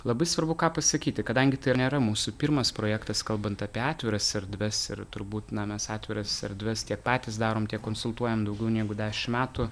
labai svarbu ką pasakyti kadangi tai nėra mūsų pirmas projektas kalbant apie atviras erdves ir turbūt na mes atviras erdves tiek patys darom tiek konsultuojam daugiau negu dešim metų